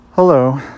Hello